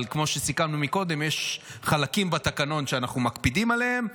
אבל כמו שסיכמנו קודם יש חלקים בתקנון שאנחנו מקפידים עליהם,